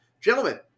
Gentlemen